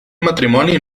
matrimoni